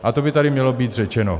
A to by tady mělo být řečeno.